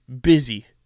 busy